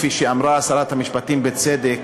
כפי שאמרה שרת המשפטים בצדק,